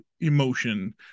emotion